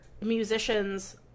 musicians